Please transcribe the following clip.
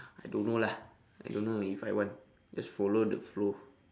I don't know lah I don't know if I want just follow the flow